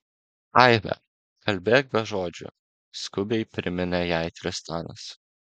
aive kalbėk be žodžių skubiai priminė jai tristanas